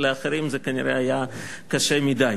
לאחרים זה כנראה היה קשה מדי.